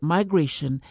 Migration